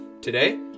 Today